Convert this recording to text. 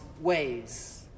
ways